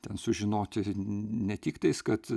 ten sužinoti ne tik tais kad